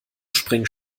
spring